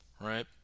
right